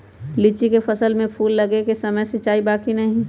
लीची के फसल में फूल लगे के समय सिंचाई बा कि नही?